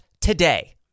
today